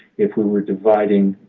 if we were dividing